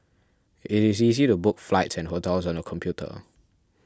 it is easy to book flights and hotels on the computer